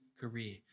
career